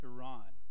Iran